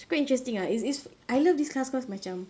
quite interesting ah it's it's I love this class because macam